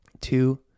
Two